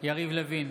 יריב לוין,